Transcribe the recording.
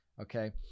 Okay